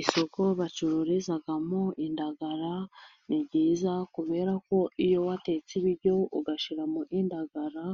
Isoko bacururizamo indagara, ni byiza kubera ko iyo watetse ibiryo ugashyiramo indagara